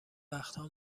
وقتها